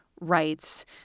rights